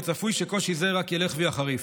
וצפוי שקושי זה רק ילך ויחריף.